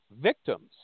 victims